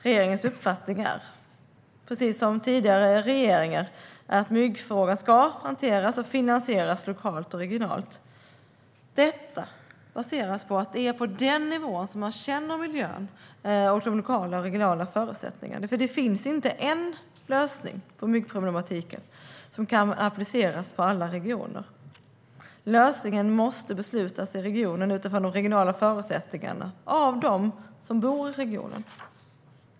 Regeringens uppfattning är, precis som tidigare regeringars, att myggfrågan ska hanteras och finansieras lokalt och regionalt. Detta baseras på att det är på den nivån som man känner miljön och de lokala och regionala förutsättningarna, för det finns inte en lösning på myggproblematiken som kan appliceras på alla regioner. Lösningen beslutas i regionen utifrån de regionala förutsättningarna av dem som bor i regionen.